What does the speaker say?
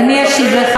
אז אשיב לך,